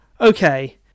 Okay